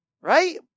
right